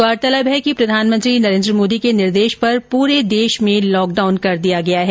गौरतलब है कि प्रधानमंत्री नरेन्द्र मोदी के निर्देश पर पूरे देश में लॉकडाउन कर दिया गया है